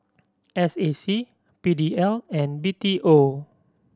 S A C P D L and B T O